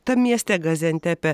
tam mieste gaziantepe